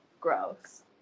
gross